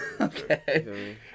Okay